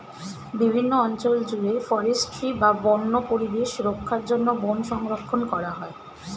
বিভিন্ন অঞ্চল জুড়ে ফরেস্ট্রি বা বন্য পরিবেশ রক্ষার জন্য বন সংরক্ষণ করা হয়